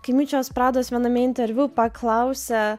kai miučios prados viename interviu paklausia